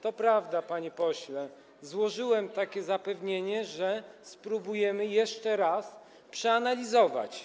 To prawda, panie pośle, złożyłem takie zapewnienie, że spróbujemy jeszcze raz wszystko przeanalizować.